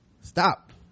stop